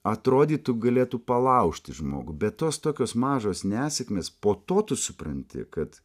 atrodytų galėtų palaužti žmogų bet tos tokios mažos nesėkmės po to tu supranti kad